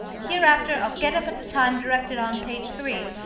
hereafter i'll get up at the time directed on page three,